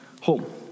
Home